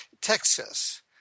Texas